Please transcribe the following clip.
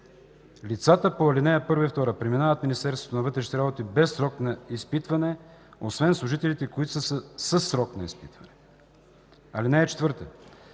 Лицата по ал. 1 и 2 преминават в Министерството на вътрешните работи без срок за изпитване, освен служителите, които са със срок за изпитване. (4)